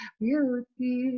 beauty